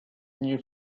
new